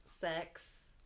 sex